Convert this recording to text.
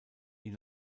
ihn